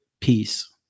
peace